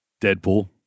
Deadpool